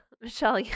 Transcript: Michelle